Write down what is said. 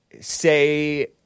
say